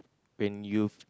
when you